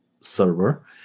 server